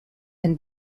and